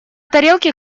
тарелке